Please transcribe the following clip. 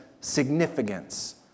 significance